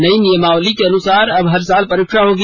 नयी नियमावली के अनुसार अब हर साल परीक्षा होगी